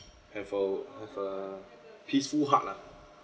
have a have a peaceful heart lah